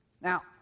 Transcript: Now